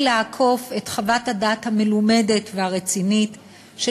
והיא לעקוף את חוות הדעת המלומדת והרצינית של